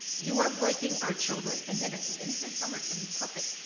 you are breaking our children and then at the end of the summer it's gonna be perfect.